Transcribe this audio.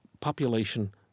population